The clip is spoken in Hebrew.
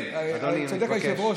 צודק היושב-ראש,